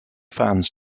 fans